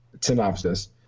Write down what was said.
synopsis